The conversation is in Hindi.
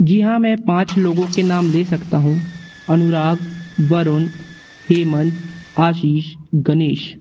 जी हाँ मैं पाँच लोगों के नाम ले सकता हूँ अनुराग वरुन हेमंत आशीष गनेश